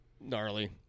Gnarly